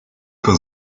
con